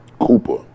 Cooper